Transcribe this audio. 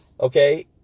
Okay